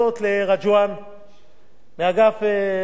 מאגף שוק ההון, שעשה עבודה טובה,